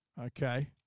Okay